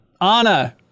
Anna